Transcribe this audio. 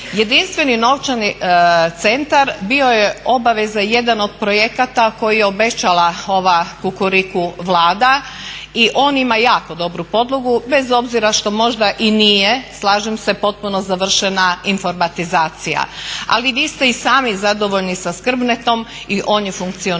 Jedinstveni novčani centar bio je obaveza jedan od projekata koji je obećala ova Kukuriku vlada i on ima jako dobru podlogu bez obzira što možda i nije slažem se potpuno završena informatizacija. Ali vi ste i sami zadovoljni sa SKRBNET-om i on je funkcionirao.